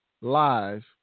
live